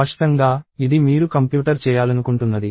స్పష్టంగా ఇది మీరు కంప్యూటర్ చేయాలనుకుంటున్నది